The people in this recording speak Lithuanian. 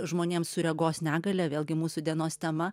žmonėm su regos negalia vėlgi mūsų dienos tema